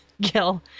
gil